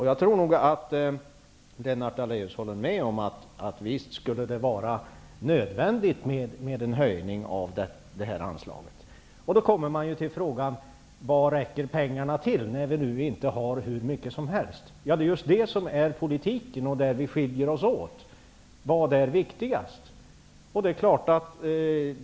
Jag tror nog att Lennart Daléus håller med om att det visst skulle vara nödvändigt med en höjning av detta anslag. Då kommer man till frågan vad pengarna räcker till när vi nu inte har hur mycket som helst. Det är just det som är politiken, och det är där som vi skiljer oss åt. Vad är viktigast?